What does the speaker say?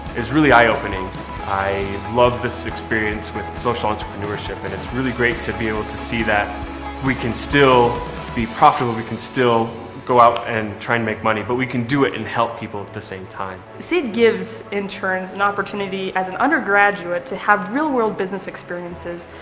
it's really eye-opening. i loved this experience with social entrepreneurship and it's really great to be able to see that we can still be profitable. we can still go out and try and make money, but we can do it and help people at the same time. seed gives interns an opportunity as an undergraduate to have real-world business experiences.